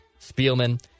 Spielman